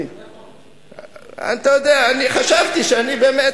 חשבתי שבאמת,